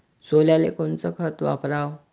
सोल्याले कोनचं खत वापराव?